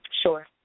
Sure